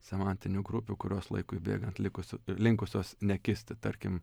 semantinių grupių kurios laikui bėgant likusių linkusios nekisti tarkim